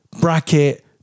Bracket